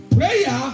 Prayer